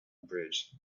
bridge